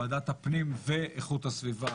ועדת הפנים ואיכות הסביבה,